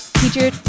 teacher